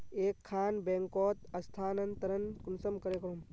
एक खान बैंकोत स्थानंतरण कुंसम करे करूम?